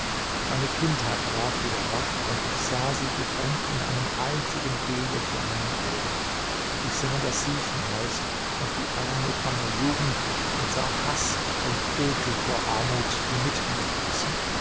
meine kindheit ward wieder wach und ich sah sie gedrängt in einem einzigen bilde vor meinen augen ich sah das siechenhaus und die armut meiner jugend und sah haß und ekel vor armut die mit mir wuchsen